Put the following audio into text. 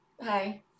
Hi